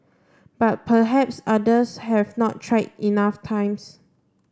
but perhaps others have not tried enough times